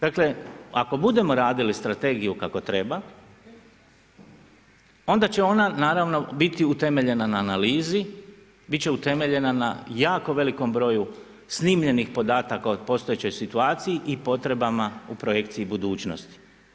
Dakle, ako budemo radili strategiju kako treba, onda će ona naravno biti utemeljena na analizi, bit će utemeljena na jako velikom broju snimljenih podataka o postojećoj situaciji i potrebama u projekciji budućnosti.